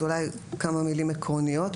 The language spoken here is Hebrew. אז אולי כמה מילים עקרוניות.